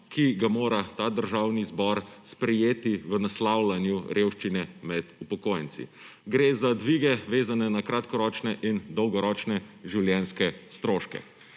ki ga mora ta državni zbor sprejeti v naslavljanju revščine med upokojenci. Gre za dvige, vezane na kratkoročne in dolgoročne življenjske stroške.